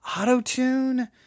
Auto-tune